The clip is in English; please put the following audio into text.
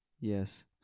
Yes